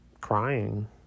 crying